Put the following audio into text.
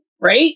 right